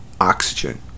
oxygen